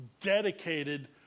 dedicated